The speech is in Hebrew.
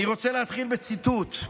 אני רוצה להתחיל בציטוט: